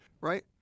right